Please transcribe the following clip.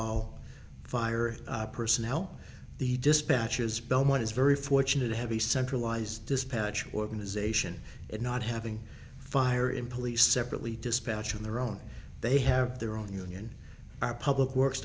all fire personnel the dispatchers belmont is very fortunate to have a centralized dispatch organization and not having fire in police separately dispatch on their own they have their own union our public works